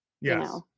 Yes